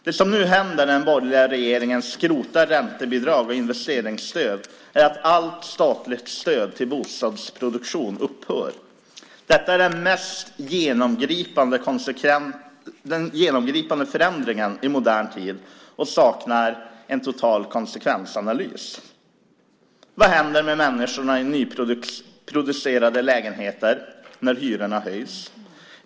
Det som nu händer när den borgerliga regeringen skrotar räntebidrag och investeringsstöd är att allt statligt stöd till bostadsproduktion upphör. Detta är den mest genomgripande förändringen i modern tid och saknar en total konsekvensanalys. Vad händer med människorna i nyproducerade lägenheter när hyrorna höjs?